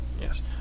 Yes